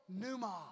Numa